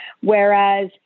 Whereas